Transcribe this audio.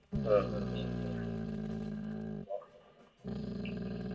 ꯑ ꯑꯣ ꯎꯝ